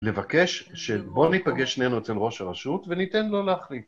לבקש שבוא ניפגש שנינו אצל ראש הרשות וניתן לו להחליט.